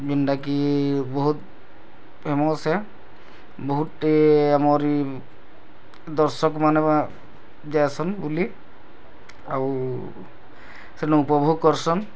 ଯେନ୍ଟା କି ବହୁତ୍ ଫେମସ୍ ହେଁ ବହୁତ୍ଟେ ଆମରି ଦର୍ଶକମାନେ ଯାଏସନ୍ ବୁଲି ଆଉ ସେନୁ ଉପୋଭୋଗ୍ କର୍ସନ୍